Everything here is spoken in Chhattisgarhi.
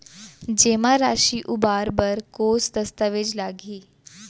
जेमा राशि उबार बर कोस दस्तावेज़ लागही?